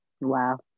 wow